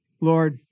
Lord